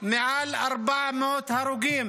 מעל 400 הרוגים.